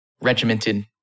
regimented